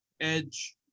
Edge